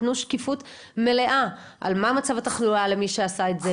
תנו שקיפות מלאה על מה מצב התחלואה למי שעשה את זה,